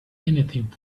anything